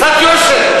קצת יושר.